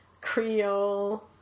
creole